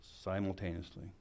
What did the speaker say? simultaneously